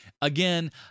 Again